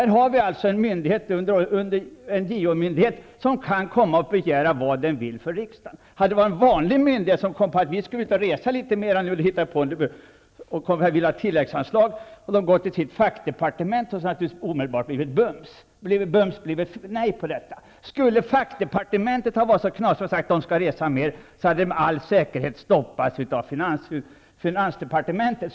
Här har vi alltså exempel på en myndighet, JO, som kan begära vad den vill hos riksdagen. Om man på en vanlig myndighet skulle komma på att man ville ut och resa litet mera och man således ville ha tilläggsanslag, skulle svaret från det egna fackdepartementet bums bli nej. Men om man på fackdepartementet skulle ha varit så knasig att man sade att det var tillåtet att resa mera, skulle det med all säkerhet ha blivit stopp hos finansdepartementet.